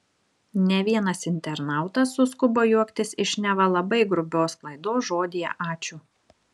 ne vienas internautas suskubo juoktis iš neva labai grubios klaidos žodyje ačiū